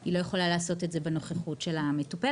היא לא יכולה לעשות את זה בנוכחותה של המטופלת,